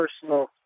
personal